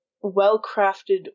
well-crafted